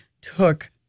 took